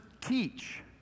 teach